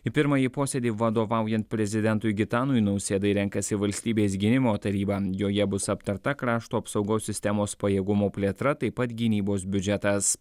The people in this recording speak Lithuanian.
į pirmąjį posėdį vadovaujant prezidentui gitanui nausėdai renkasi valstybės gynimo taryba joje bus aptarta krašto apsaugos sistemos pajėgumų plėtra taip pat gynybos biudžetas